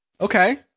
okay